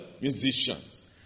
musicians